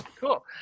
Cool